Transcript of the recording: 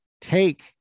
take